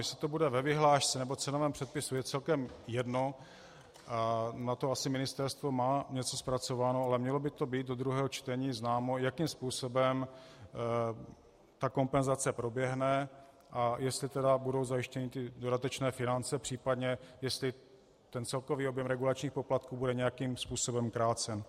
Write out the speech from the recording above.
Jestli to bude ve vyhlášce, nebo cenovém předpisu, je celkem jedno, na to asi ministerstvo má něco zpracováno, ale mělo by to být do druhého čtení známo, jakým způsobem kompenzace proběhne a jestli budou zajištěny dodatečné finance, případně jestli ten celkový objem regulačních poplatků bude nějakým způsobem krácen.